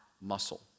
muscle